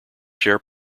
share